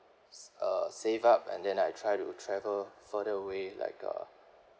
uh save up and then I try to travel further away like uh